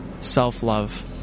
self-love